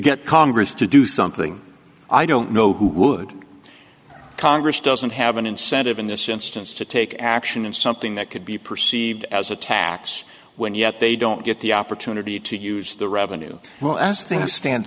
get congress to do something i don't know who would congress doesn't have an incentive in this instance to take action in something that could be perceived as a tax win yet they don't get the opportunity to use the revenue